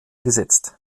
gesetzt